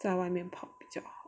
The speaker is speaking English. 在外面跑比较好